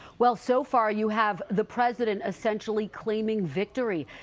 well so far you have the president essentially claiming victory.